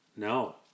No